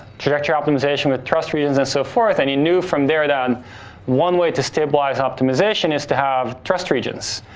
trajectory optimization with trust regions and so forth, and he knew from there that one way to stabilize optimization is to have trust regions.